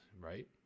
right